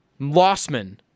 Lossman